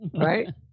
right